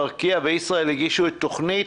ארקיע וישראייר הגישו תוכנית.